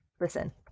Listen